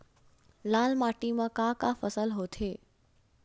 लाल माटी म का का फसल होथे?